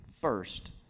first